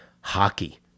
hockey